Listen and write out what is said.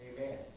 Amen